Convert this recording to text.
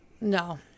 No